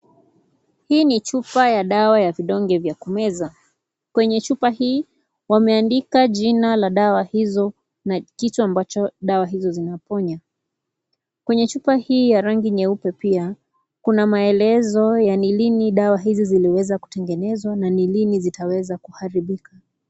Hii ni chupa ya dawa ya vidonge vya kumeza. Kwenye chupa hii wameandika jina la dawa hizo na kitu ambacho dawa hizo zinaponya. Kwenye chupa hii ya rangi nyeupe pia kuna maelezo ya ni lini dawa hizi ziliweza kutengenezwa na ni lini zitaweza kuharibika.